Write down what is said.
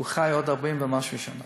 וחי עוד 40 ומשהו שנה.